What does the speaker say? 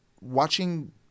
watching